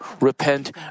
repent